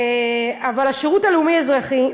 השירות הלאומי-אזרחי,